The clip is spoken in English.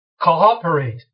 cooperate